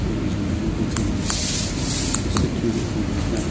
ꯑꯥꯃꯥꯖꯣꯟꯗꯒꯤ ꯀꯛꯆꯕꯅꯤ ꯏꯁꯄꯤꯠꯁꯨ ꯌꯥꯝ ꯊꯧꯕ ꯍꯥꯏꯇꯥꯔꯦ